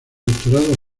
doctorado